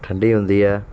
ਠੰਡੀ ਹੁੰਦੀ ਹੈ